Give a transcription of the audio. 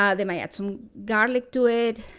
um they might add some garlic to it.